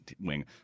wing